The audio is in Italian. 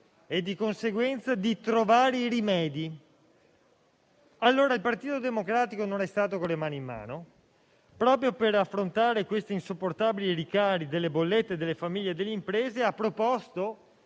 e, di conseguenza, di trovare i rimedi. Il Partito Democratico non è stato con le mani in mano e, proprio per affrontare gli insopportabili rincari delle bollette delle famiglie e delle imprese, ha proposto